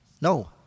No